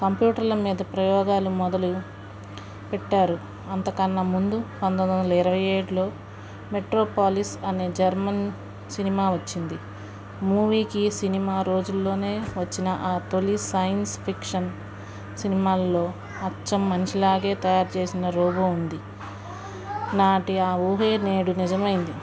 కంప్యూటర్ల మీద ప్రయోగాలు మొదలు పెట్టారు అంతకన్నా ముందు పంతొమ్మిది వందల ఇరవై ఏడులో మెట్రోపాలీస్ అనే జర్మన్ సినిమా వచ్చింది మూవీకి సినిమా రోజుల్లోనే వచ్చిన ఆ తొలి సైన్స్ ఫిక్షన్ సినిమాలలో అచ్చం మనిషిలాగా తయారు చేసిన రోబో ఉంది నాటి ఆ ఊహ నేడు నిజమైంది